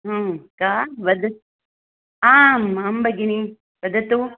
का वद आम् आं भगिनि वदतु